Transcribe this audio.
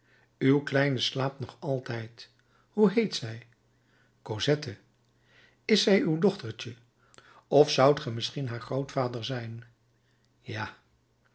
uw kleine slaapt nog altijd hoe heet zij cosette is zij uw dochtertje of zoudt ge misschien haar grootvader zijn ja